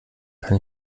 kann